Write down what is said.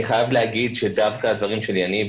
אני חייב להגיד שדווקא הדברים של יניב,